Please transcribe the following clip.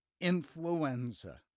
influenza